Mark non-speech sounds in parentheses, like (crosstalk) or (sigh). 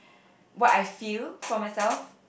(breath) what I feel for myself